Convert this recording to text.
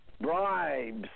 bribes